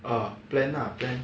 ah plan lah plan